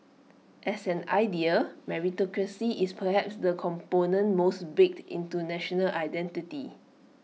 as an idea meritocracy is perhaps the component most baked into national identity